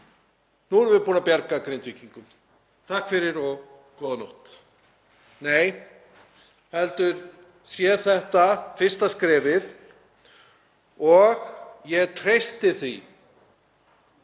Nú erum við búin að bjarga Grindvíkingum, takk fyrir og góða nótt. Nei, þetta er fyrsta skrefið. Ég treysti því